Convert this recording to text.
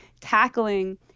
tackling